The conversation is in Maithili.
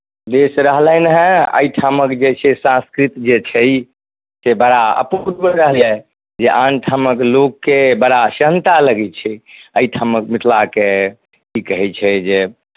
देश रहलनि हेँ एहिठामक जे छै सांस्कृत जे छै से बड़ा अपूर्व रहलैए जे आन ठामक लोककेँ बड़ा सेहन्ता लगै छै एहिठामक मिथिलाके की कहै छै जे